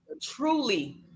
truly